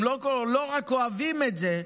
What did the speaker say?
הם לא רק אוהבים את זה,